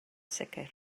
sicr